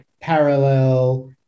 parallel